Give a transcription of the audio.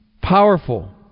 powerful